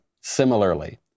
similarly